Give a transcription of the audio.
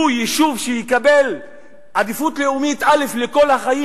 יישוב שיקבל עדיפות לאומית א' לכל החיים,